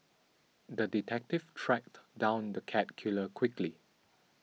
the detective tracked down the cat killer quickly